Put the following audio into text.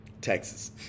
Texas